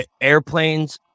airplanes